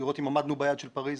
לראות אם עמדנו ביעד של פריס.